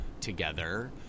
together